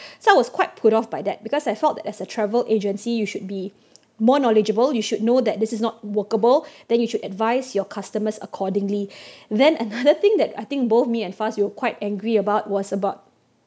so I was quite put off by that because I felt that as a travel agency you should be more knowledgeable you should know that this is not workable then you should advise your customers accordingly then another thing that I think both me and Faz we were quite angry about was about